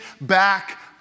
back